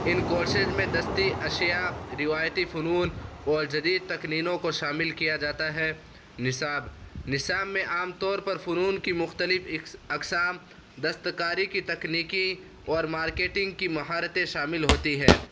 ان courses میں دستی اشیاء روایتی فنون اور جدید تکنینوں کو شامل کیا جاتا ہے نصاب میں عام طور پر فنون کی مختلب اقسام دستکاری کی تکنیکی اور مارکیٹنگ کی مہارتیں شامل ہوتی ہے